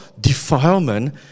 Defilement